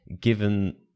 given